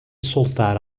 soltar